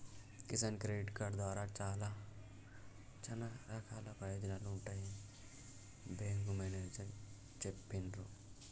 Kisan credit card ద్వారా చానా రకాల ప్రయోజనాలు ఉంటాయని బేంకు మేనేజరు చెప్పిన్రు